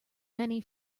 many